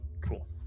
Cool